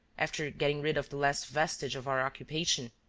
after getting rid of the last vestige of our occupation,